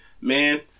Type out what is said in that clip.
Man